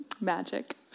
magic